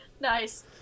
Nice